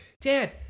Dad